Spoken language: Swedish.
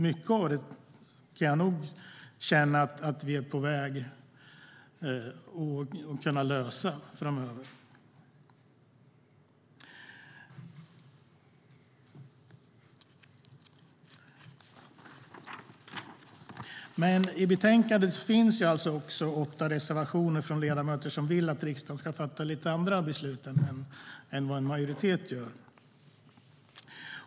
Mycket av det kan jag känna att vi är på väg att kunna lösa framöver.I betänkandet finns det även åtta reservationer från ledamöter som vill att riksdagen ska fatta lite andra beslut än vad majoriteten vill.